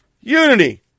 Unity